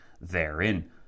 therein